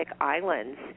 Islands